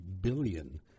billion